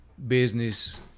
business